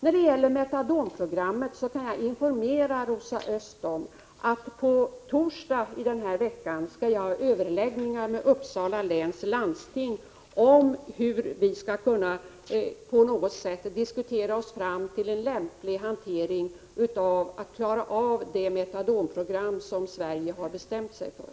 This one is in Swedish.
När det gäller metadonprogrammet kan jag informera Rosa Östh om att jag på torsdag skall ha överläggningar med Uppsala läns landsting. Vi skall diskutera oss fram till en lämplig hantering för att klara av det metadonprogram som Sverige har bestämt sig för.